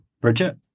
Bridget